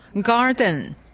garden